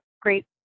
great